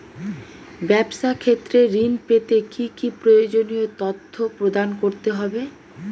ব্যাবসা ক্ষেত্রে ঋণ পেতে কি কি প্রয়োজনীয় তথ্য প্রদান করতে হবে?